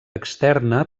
externa